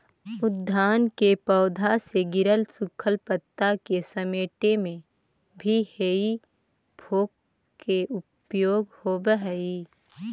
उद्यान के पौधा से गिरल सूखल पता के समेटे में भी हेइ फोक के उपयोग होवऽ हई